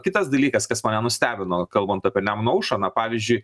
kitas dalykas kas mane nustebino kalbant apie nemuno aušrą na pavyzdžiui